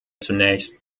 zunächst